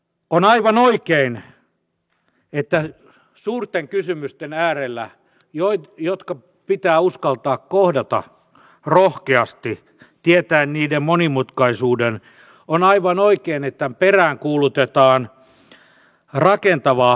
on aivan oikein että suurten kysymysten äärellä jotka pitää uskaltaa kohdata rohkeasti tietäen niiden monimutkaisuuden peräänkuulutetaan rakentavaa henkeä vastakkainasettelun sijaan